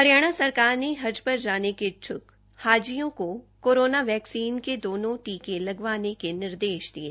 हरियाणा सरकार ने हज पर जाने के इच्छ्क हाजियों को कोरोना वैक्सीन के दोनों टीके लगवाने के निर्देश दिये